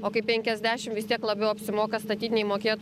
o kai penkiasdešim vis tiek labiau apsimoka statyt nei mokėt